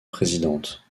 présidente